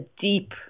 deep